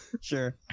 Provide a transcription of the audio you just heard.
sure